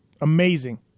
amazing